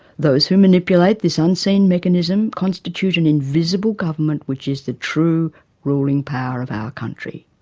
those who manipulate this unseen mechanism. constitute an invisible government which is the true ruling power of our country,